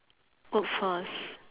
workforce